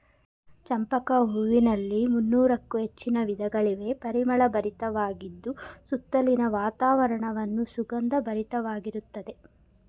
ಚಂಪಕ ಹೂವಿನಲ್ಲಿ ಮುನ್ನೋರಕ್ಕು ಹೆಚ್ಚಿನ ವಿಧಗಳಿವೆ, ಪರಿಮಳ ಭರಿತವಾಗಿದ್ದು ಸುತ್ತಲಿನ ವಾತಾವರಣವನ್ನು ಸುಗಂಧ ಭರಿತವಾಗಿರುತ್ತದೆ